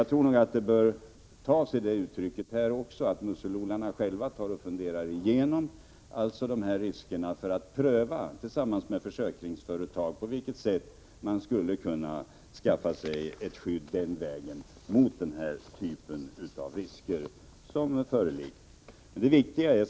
Jag tror att det hela bör ta sig det uttrycket här också, att musselodlarna själva funderar igenom riskerna för att tillsammans med försäkringsbolagen pröva på vilket sätt man skulle kunna skaffa sig ett skydd den vägen mot den typ av risker som föreligger. Herr talman!